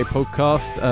podcast